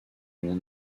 monde